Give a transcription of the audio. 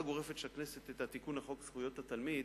גורפת של הכנסת את התיקון לחוק זכויות התלמיד,